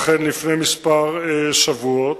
אכן לפני כמה שבועות,